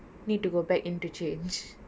need to go back in to change